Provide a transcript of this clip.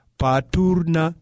paturna